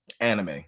anime